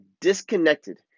disconnected